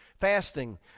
Fasting